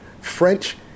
French